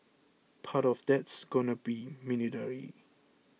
part of that's going to be military